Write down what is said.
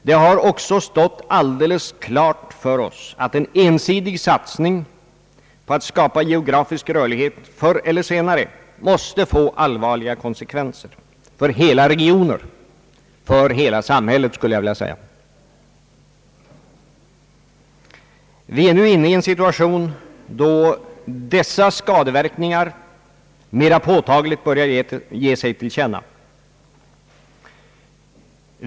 Det har också stått alldeles klart för oss att en ensidig satsning på att skapa geografisk rörlighet förr eller senare måste få allvarliga konsekvenser för hela regioner — ja, för hela samhället, skulle jag vilja säga. Vi är nu inne i en situation då dessa skadeverkningar mera påtagligt börjar ge sig till känna.